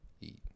eat